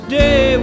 day